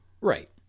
Right